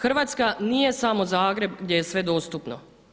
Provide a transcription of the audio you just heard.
Hrvatska nije samo Zagreb gdje je sve dostupno.